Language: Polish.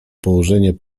położenie